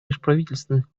межправительственных